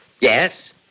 yes